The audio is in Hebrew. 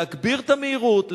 להגביר את המהירות,